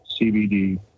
CBD